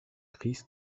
christ